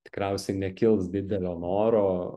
tikriausiai nekils didelio noro